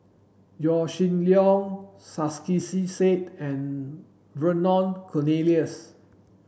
Yaw Shin Leong Said and Vernon Cornelius